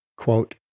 Quote